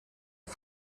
een